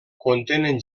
contenen